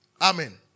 Amen